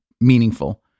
meaningful